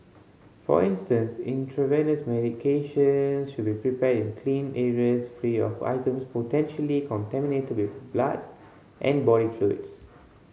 for instance intravenous medication should be prepared in clean areas free of items potentially contaminated to be blood and body fluids